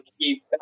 keep